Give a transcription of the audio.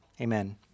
amen